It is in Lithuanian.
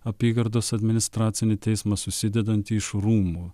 apygardos administracinį teismą susidedantį iš rūmų